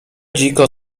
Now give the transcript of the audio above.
dziko